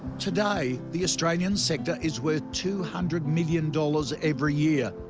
today, the australian sector is worth two hundred million dollars every year.